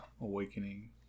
awakening